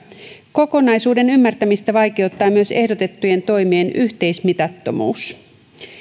kokonaisuuden ymmärtämistä vaikeuttaa myös ehdotettujen toimien yhteismitattomuus